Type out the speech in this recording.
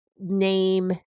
name